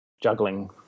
juggling